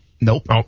Nope